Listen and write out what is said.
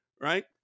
Right